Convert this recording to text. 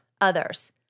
others